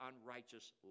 unrighteous